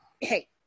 hey